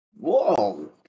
Whoa